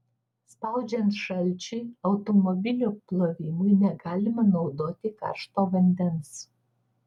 spaudžiant šalčiui automobilio plovimui negalima naudoti karšto vandens